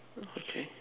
okay